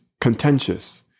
contentious